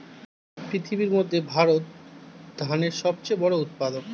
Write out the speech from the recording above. পৃথিবীর মধ্যে ভারত ধানের সবচেয়ে বড় উৎপাদক